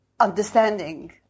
understanding